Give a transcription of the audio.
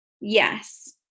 Yes